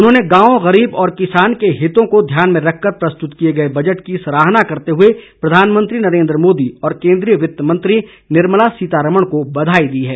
उन्होंने गांव गरीब और किसान के हितों को ध्यान में रखकर प्रस्तुत किए गए बजट की सराहना करते हुए प्रधानमंत्री नरेंद्र मोदी और केंद्रीय वित्त मंत्री निर्मला सीतारमण को बधाई दी है